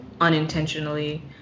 unintentionally